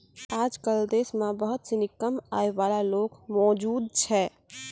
आजकल देश म बहुत सिनी कम आय वाला लोग मौजूद छै